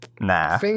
nah